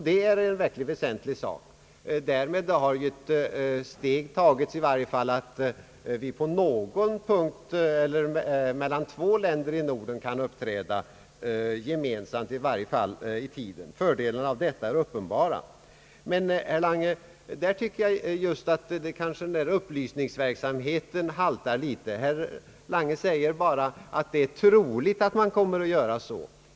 Därmed har ett steg tagits mot att på någon punkt två länder i Norden kan uppträda gemensamt i varje fall i tiden. Fördelarna av detta är uppenbara. Men herr Lange, här haltar upplysningsverksamheten. Herr Lange säger bara att det är troligt att man kommer att göra så.